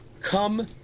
come